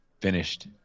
finished